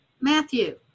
Matthew